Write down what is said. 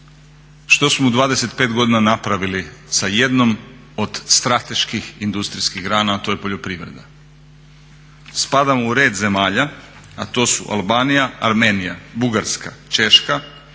što smo u 25 godina napravili sa jednom od strateških industrijskih grana, a to je poljoprivreda. Spadamo u red zemalja a to su Albanija, Armenija, Bugarska, Češka,